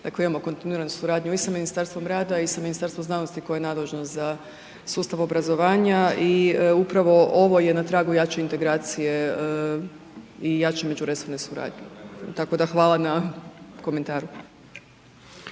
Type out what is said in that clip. Dakle imamo kontinuiranu suradnju i sa Ministarstvom rada i sa Ministarstvom znanosti koje je nadležno za sustav obrazovanja. I upravo ovo je na tragu jače integracije i jače međuresorne suradnje. Tako da hvala na komentaru.